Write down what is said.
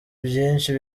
ibyinshi